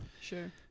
Sure